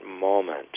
moment